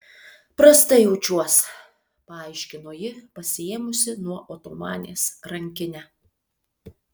prastai jaučiuos paaiškino ji pasiėmusi nuo otomanės rankinę